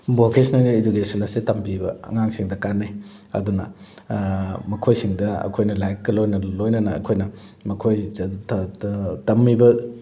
vocational education ꯑꯁꯤ ꯇꯝꯕꯤꯕ ꯑꯉꯥꯡꯁꯤꯡꯗ ꯀꯥꯟꯅꯩ ꯑꯗꯨꯅ ꯃꯈꯣꯏꯁꯤꯡꯗ ꯑꯩꯈꯣꯏꯅ ꯂꯥꯏꯔꯤꯛꯀ ꯂꯣꯏꯅ ꯂꯣꯏꯅꯅ ꯑꯩꯈꯣꯏꯅ ꯃꯈꯣꯏ ꯇꯝꯃꯤꯕ